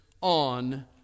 on